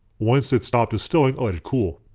once it stopped distilling i let it cool.